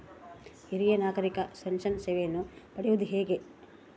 ಹಿರಿಯ ನಾಗರಿಕರಿಗೆ ಪೆನ್ಷನ್ ಸೇವೆಯನ್ನು ಪಡೆಯುವುದು ಹೇಗೆ?